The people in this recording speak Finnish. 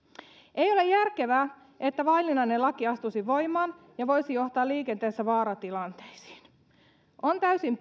ei ole järkevää että vaillinainen laki astuisi voimaan ja voisi johtaa liikenteessä vaaratilanteisiin on täysin